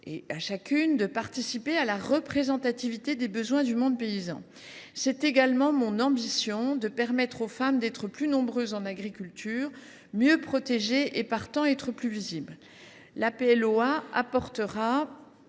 et chacune de participer à la représentativité du monde paysan. C’est également mon ambition que de permettre aux femmes d’être plus nombreuses en agriculture, mieux protégées et ainsi plus visibles. Le projet